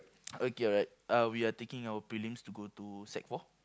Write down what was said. okay alright uh we are taking our prelims to go to sec four